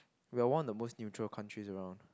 we're one of the most neutral countries around